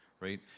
right